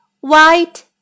white